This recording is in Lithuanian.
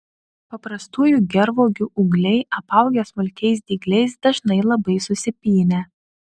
paprastųjų gervuogių ūgliai apaugę smulkiais dygliais dažnai labai susipynę